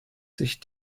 sich